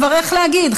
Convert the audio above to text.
איך להגיד,